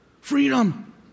Freedom